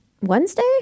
Wednesday